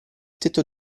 tetto